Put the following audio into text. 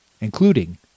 including